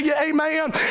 Amen